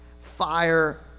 Fire